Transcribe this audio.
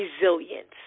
Resilience